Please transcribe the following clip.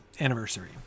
anniversary